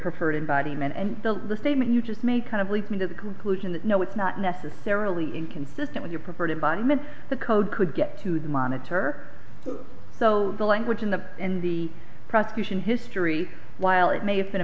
preferred in body man and the statement you just made kind of leads me to the conclusion that no it's not necessarily inconsistent with your preferred environment the code could get to the monitor so the language in the in the prosecution history while it may have been a